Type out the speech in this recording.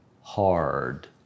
hard